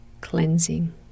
cleansing